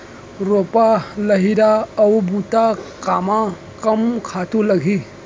रोपा, लइहरा अऊ बुता कामा कम खातू लागही?